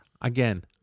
again